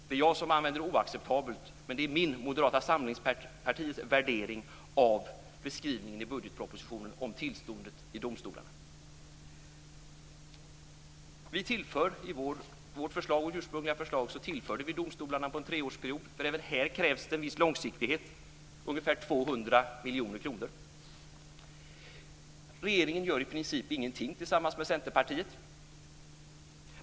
Det är jag som använder ordet oacceptabelt, men det visar min och Moderata samlingspartiets värdering av budgetpropositionens beskrivning av tillståndet i domstolarna. I vårt ursprungliga förslag tillförde vi domstolarna ungefär 200 miljoner kronor under en treårsperiod - även här krävs en viss långsiktighet. Regeringen gör i princip ingenting tillsammans med Centerpartiet.